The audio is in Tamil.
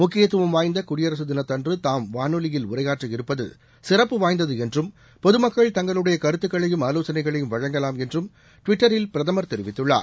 முக்கியத்துவம் வாய்ந்த குடியரசு தினத்தன்று தாம் வானொலியில் உரையாற்றவிருப்பது சிறப்பு வாய்ந்தது என்றும் பொதுமக்கள் தங்களுடைய கருத்துக்களையும் ஆவோசனைகளையும் வழங்கலாம் என்றும் ட்விட்டரில் பிரதமர் தெரிவித்துள்ளார்